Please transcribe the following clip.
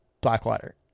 Blackwater